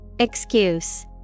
Excuse